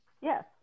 Yes